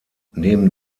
neben